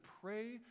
pray